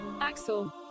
Axel